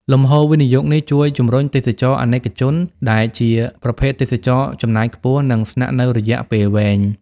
លំហូរវិនិយោគនេះជួយជំរុញ "ទេសចរណ៍អនិកជន" ដែលជាប្រភេទទេសចរណ៍ចំណាយខ្ពស់ និងស្នាក់នៅរយៈពេលវែង។